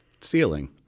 ceiling